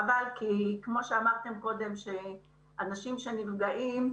חבל, כי העזרה המיידית לאנשים שנפגעים,